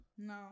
No